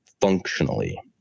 functionally